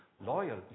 loyal